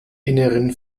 inneren